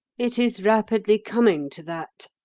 it is rapidly coming to that,